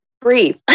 breathe